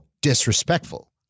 disrespectful